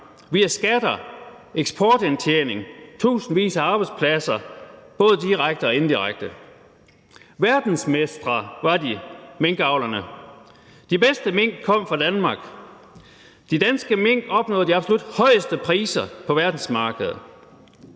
via skatter, eksportindtjening, tusindvis af arbejdspladser, både direkte og indirekte. Verdensmestre var minkavlerne, for de bedste mink kom fra Danmark, og de danske mink opnåede de absolut højeste priser på verdensmarkedet.